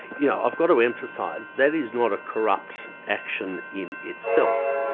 yeah i've got to emphasise that is not a corrupt action in itself.